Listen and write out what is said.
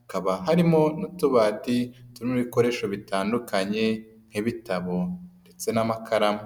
hakaba harimo n'utubati turimo'ibikoresho bitandukanye nk'ibitabo ndetse n'amakaramu.